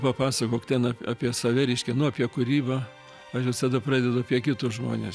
papasakok ten ap apie save reiškia apie kūrybą aš visada pradedu apie kitus žmones